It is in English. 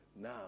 now